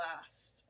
last